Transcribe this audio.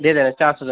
दे देना चार सौ